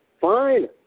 Fine